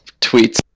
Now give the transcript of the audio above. tweets